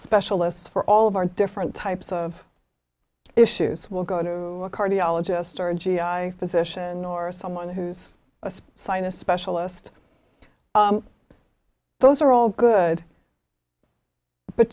specialists for all of our different types of issues will go to a cardiologist or a g i physician or someone who's a sinus specialist those are all good but